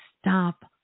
stop